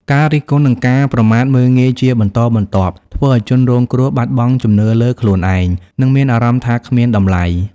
ការរិះគន់ និងការប្រមាថមើលងាយជាបន្តបន្ទាប់ ធ្វើឲ្យជនរងគ្រោះ បាត់បង់ជំនឿលើខ្លួនឯង និងមានអារម្មណ៍ថាគ្មានតម្លៃ។